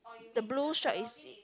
the blue shop is